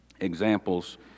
examples